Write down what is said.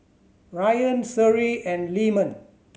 Ryan Seri and Leman